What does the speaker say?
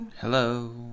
Hello